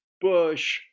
Bush